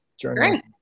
journey